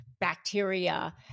bacteria